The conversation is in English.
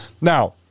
now